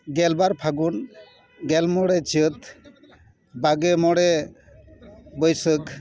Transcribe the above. ᱜᱮᱞ ᱵᱟᱨ ᱯᱷᱟᱹᱜᱩᱱ ᱜᱮᱞ ᱢᱚᱬᱮ ᱪᱟᱹᱛ ᱵᱟᱜᱮ ᱢᱚᱬᱮ ᱵᱟᱹᱭᱥᱟᱹᱠ